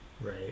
Right